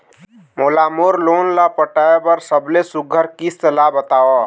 मोला मोर लोन ला पटाए बर सबले सुघ्घर किस्त ला बताव?